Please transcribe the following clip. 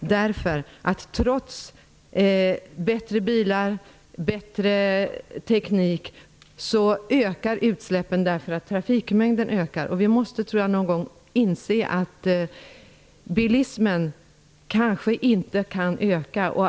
därför att utsläppen trots bättre bilar och bättre teknik ökar i och med att trafikmängden ökar. Vi måste någon gång inse att bilismen inte kan öka.